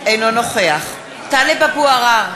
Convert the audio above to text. אינו נוכח טלב אבו עראר,